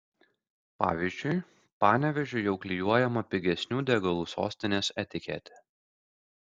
pavyzdžiui panevėžiui jau klijuojama pigesnių degalų sostinės etiketė